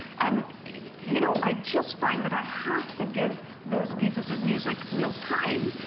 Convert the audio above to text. and you know i just find that i have to give those pieces of music real time.